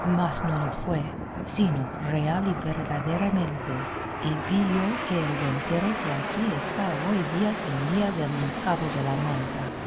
mas no lo fue sino real y verdaderamente y vi yo que el ventero que aquí está hoy día tenía del un cabo de la manta